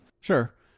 Sure